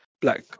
black